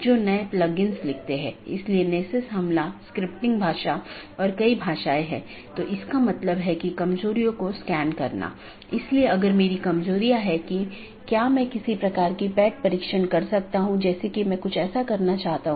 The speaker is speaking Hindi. यह एक चिन्हित राउटर हैं जो ऑटॉनमस सिस्टमों की पूरी जानकारी रखते हैं और इसका मतलब यह नहीं है कि इस क्षेत्र का सारा ट्रैफिक इस क्षेत्र बॉर्डर राउटर से गुजरना चाहिए लेकिन इसका मतलब है कि इसके पास संपूर्ण ऑटॉनमस सिस्टमों के बारे में जानकारी है